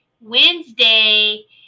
Wednesday